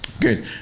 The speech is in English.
good